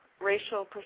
racial